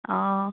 অঁ